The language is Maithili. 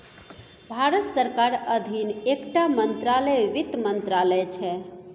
भारत सरकारक अधीन एकटा मंत्रालय बित्त मंत्रालय छै